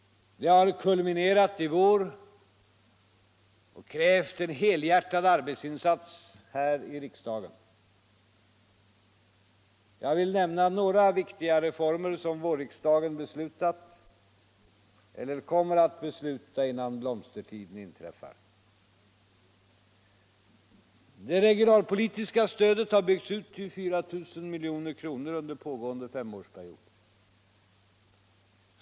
Det har kulminerat i vår och krävt en helhjärtad arbetsinsats här i riksdagen. Jag vill nämna några viktiga reformer som vårriksdagen beslutat eller kommer att besluta innan blomstertiden inträffar. Det regionalpolitiska stödet har byggts ut till 4000 milj.kr. under pågående femårsperiod.